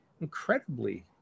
incredibly